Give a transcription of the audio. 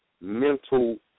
mental